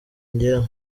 njyewe